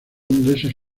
ingleses